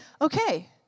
okay